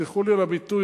תסלחו לי על הביטוי,